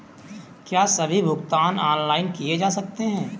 क्या सभी भुगतान ऑनलाइन किए जा सकते हैं?